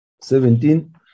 Seventeen